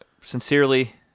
sincerely